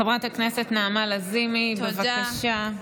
חברת הכנסת נעמה לזימי, בבקשה.